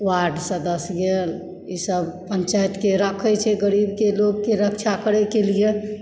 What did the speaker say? ward सदस्य गेल ई सब पञ्चायतके राखै छै गरीब लोककेँ रक्षा करयके लिए